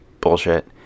bullshit